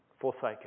Forsaken